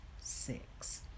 six